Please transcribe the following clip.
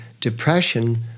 depression